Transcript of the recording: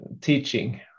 teaching